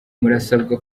murasabwa